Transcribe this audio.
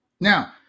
Now